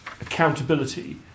accountability